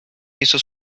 hizo